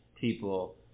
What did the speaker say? People